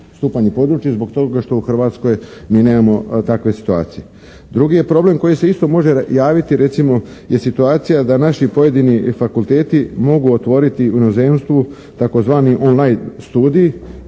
zbog toga što u Hrvatskoj mi nemamo takve situacije. Drugi je problem koji se isto može javiti, recimo, je situacije da naši pojedini fakulteti mogu otvoriti u inozemstvu tzv. "online" studij